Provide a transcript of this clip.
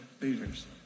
leaders